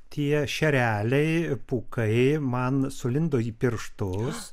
tie šereliai pūkai man sulindo į pirštus